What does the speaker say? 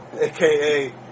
AKA